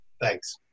Thanks